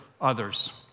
others